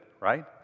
right